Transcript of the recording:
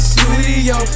Studio